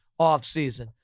offseason